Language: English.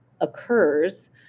occurs